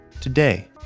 today